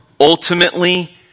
ultimately